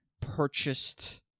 purchased